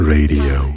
Radio